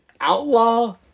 Outlaw